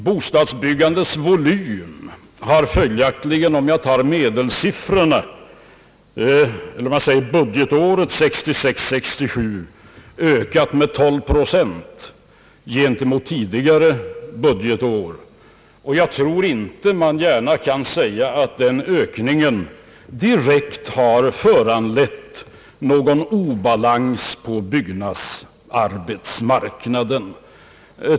Bostadsbyggandets volym har följaktligen budgetåret 1966/67 ökat med 12 procent i förhållande till tidigare budgetår, och jag tror inte att man gärna kan säga att den ökningen direkt har föranlett någon obalans på byggnadsarbetsmarknaden.